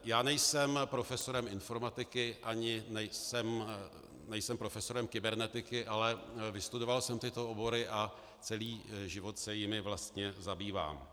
Já nejsem profesorem informatiky ani nejsem profesorem kybernetiky, ale vystudoval jsem tyto obory a celý život se jimi vlastně zabývám.